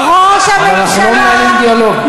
הרי אנחנו לא מנהלים דיאלוג.